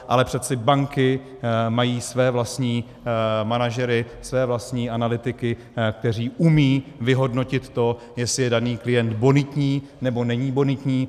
Ale přeci banky mají své vlastní manažery, své vlastní analytiky, kteří umí vyhodnotit to, jestli je daný klient bonitní, nebo není bonitní.